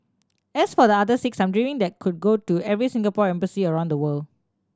as for the other six I'm dreaming that could go to every Singapore embassy around the world